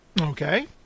okay